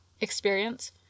experience